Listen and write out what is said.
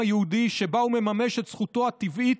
היהודי שבה הוא מממש את זכותו הטבעית,